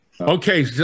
Okay